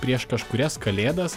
prieš kažkurias kalėdas